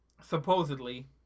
supposedly